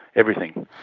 everything.